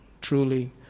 truly